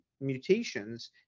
mutations